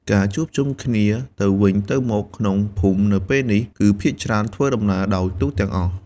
ការជួបជុំគ្នាទៅវិញទៅមកក្នុងភូមិនៅពេលនេះ គឺភាគច្រើនធ្វើដំណើរដោយទូកទាំងអស់។